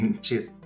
Cheers